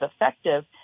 effective